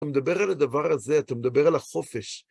אתה מדבר על הדבר הזה, אתה מדבר על החופש.